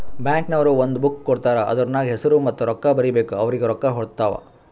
bank ನವ್ರು ಒಂದ್ book ಕೊಡ್ತಾರ್ ಅದೂರ್ನಗ್ ಹೆಸುರ ಮತ್ತ ರೊಕ್ಕಾ ಬರೀಬೇಕು ಅವ್ರಿಗೆ ರೊಕ್ಕಾ ಹೊತ್ತಾವ್